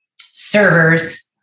servers